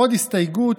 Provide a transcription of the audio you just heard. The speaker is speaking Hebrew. עוד הסתייגות: